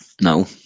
No